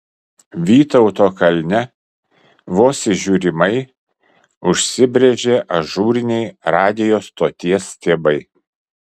vytauto kalne vos įžiūrimai užsibrėžė ažūriniai radijo stoties stiebai